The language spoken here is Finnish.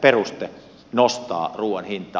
peruste nostaa ruuan hintaa